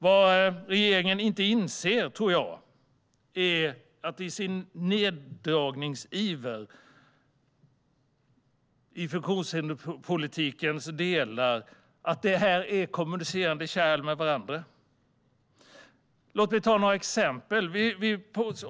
Vad jag tror att regeringen inte inser i sin neddragningsiver är att funktionshinderspolitikens delar är kommunicerande kärl. Låt mig ta några exempel.